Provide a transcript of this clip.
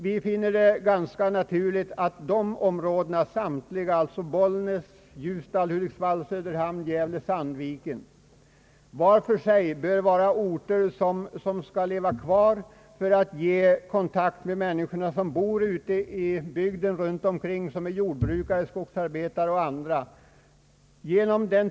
Jag finner det ganska naturligt att samtliga dessa orter — Bollnäs, Ljusdal, Hudiksvall, Söderhamn och Gävle-Sandviken — var för sig bör leva kvar som kontaktpunkter för människorna i bygderna runt omkring, dvs. jordbrukare, skogsarbetare och andra.